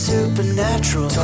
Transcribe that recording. Supernatural